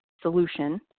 solution